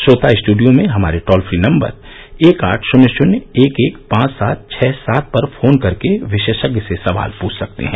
श्रोता स्टूडियो में हमारे टोल फ्री नम्बर एक आठ शून्य शून्य एक एक पांच सात छः सात पर फोन करके विशेषज्ञ से सवाल पूछ सकते हैं